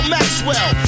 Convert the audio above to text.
Maxwell